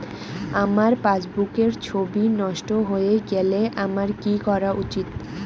আমার পাসবুকের ছবি নষ্ট হয়ে গেলে আমার কী করা উচিৎ?